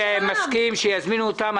אני מסכים שיזמינו אותם.